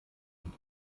und